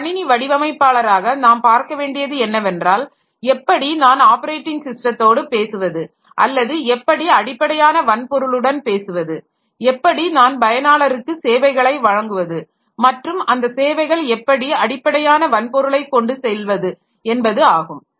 ஒரு கணினி வடிவமைப்பாளராக நாம் பார்க்க வேண்டியது என்னவென்றால் எப்படி நான் ஆப்பரேட்டிங் ஸிஸ்டத்தோடு பேசுவது அல்லது எப்படி அடிப்படையான வன்பொருளுடன் பேசுவது எப்படி நான் பயனாளருக்கு சேவைகளை வழங்குவது மற்றும் அந்த சேவைகள் எப்படி அடிப்படையான வன்பொருளைக் கொண்டு செய்வது என்பது ஆகும்